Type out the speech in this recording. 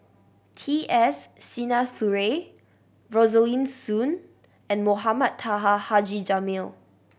T S Sinnathuray Rosaline Soon and Mohamed Taha Haji Jamil